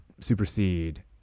supersede